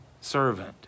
servant